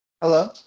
Hello